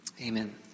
Amen